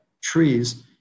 trees